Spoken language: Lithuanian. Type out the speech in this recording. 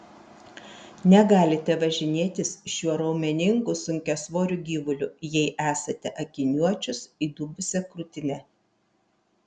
negalite važinėtis šiuo raumeningu sunkiasvoriu gyvuliu jei esate akiniuočius įdubusia krūtine